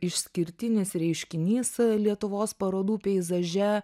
išskirtinis reiškinys lietuvos parodų peizaže